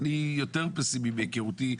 אני יותר פסימי מהיכרותי.